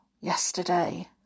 yesterday